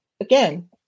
again